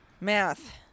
Math